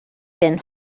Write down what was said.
been